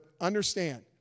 understand